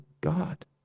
God